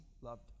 loved